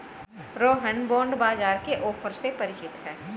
Rohan bond बाजार के offer से परिचित है